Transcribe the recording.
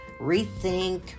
rethink